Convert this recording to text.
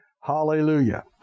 Hallelujah